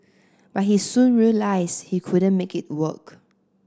but he soon realised he couldn't make it work